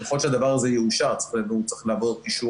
ככל שהדבר הזה יאושר אחרי זה הוא צריך לעבור אישורים